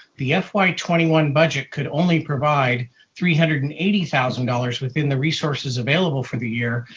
the fy twenty one budget could only provide three hundred and eighty thousand dollars within the resources available for the year,